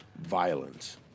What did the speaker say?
violence